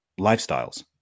lifestyles